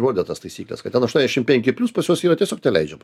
rodė tas taisykles kad ten aštuondešim penki plius pas juos yra tiesiog neleidžiama